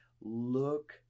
look